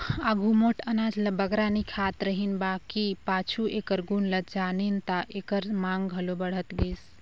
आघु मोट अनाज ल बगरा नी खात रहिन बकि पाछू एकर गुन ल जानिन ता एकर मांग घलो बढ़त गइस